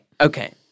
Okay